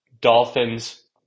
Dolphins